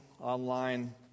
online